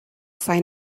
sign